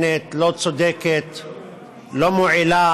אנא ממך,